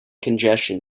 congestion